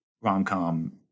rom-com